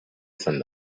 izan